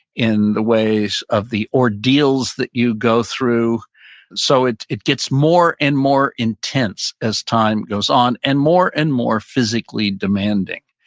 in the ways of the ordeals that you go through so it, it gets more and more intense as time goes on and more and more physically demanding.